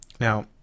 Now